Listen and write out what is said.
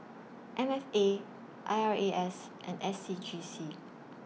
M F A I R A S and S C G C